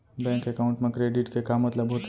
Bank account मा credit के का मतलब होथे?